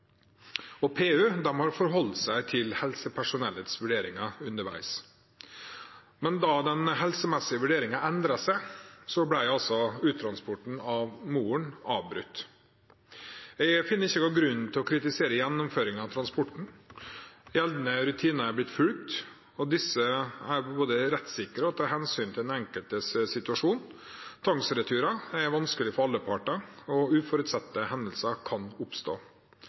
PU har forholdt seg til helsepersonellets vurderinger underveis. Da den helsemessige vurderingen endret seg, ble uttransporten av moren avbrutt. Jeg finner ingen grunn til å kritisere gjennomføringen av transporten. Gjeldende rutiner er blitt fulgt, både når det gjelder rettssikkerheten og hensynet til den enkeltes situasjon. Tvangsreturer er vanskelig for alle parter, og uforutsette hendelser kan oppstå.